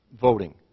voting